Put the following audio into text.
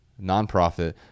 nonprofit